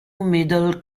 middle